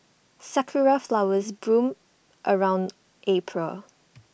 Sakura Flowers bloom around April